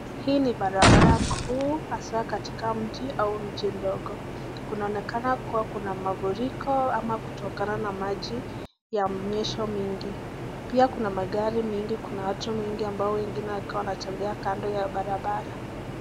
Hii ni barabara kuu hasa katika mji au mji ndogo, inaonekana kuwa kuna mafuriko ama kutokana na maji ya mnyesho mingi, pia kuna magari mingi ambao wengine wanatembea kando ya barabara.